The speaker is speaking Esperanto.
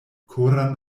koran